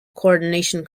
coordination